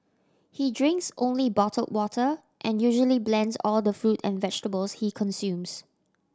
he drinks only bottled water and usually blends all the fruit and vegetables he consumes